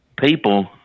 people